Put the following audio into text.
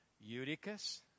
Eutychus